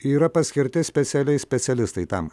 yra paskirti specialiai specialistai tam